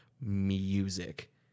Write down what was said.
music